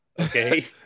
okay